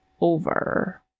Over